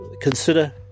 Consider